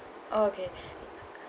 okay